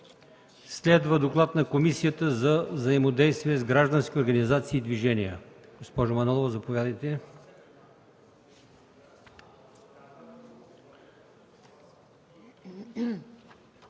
Следва доклад на Комисията за взаимодействие с граждански организации и движения. Госпожо Манолова, заповядайте.